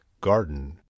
garden